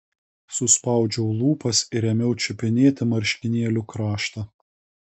suspaudžiau lūpas ir ėmiau čiupinėti marškinėlių kraštą